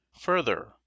Further